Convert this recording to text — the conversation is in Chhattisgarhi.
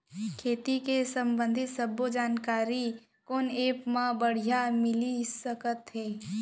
खेती के संबंधित सब्बे जानकारी कोन एप मा बढ़िया मिलिस सकत हे?